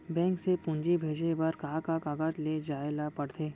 Bank से पूंजी भेजे बर का का कागज ले जाये ल पड़थे?